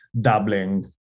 doubling